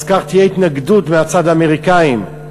כך תהיה התנגדות מצד האמריקנים.